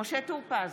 משה טור פז,